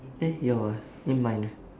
eh your ah eh mine ah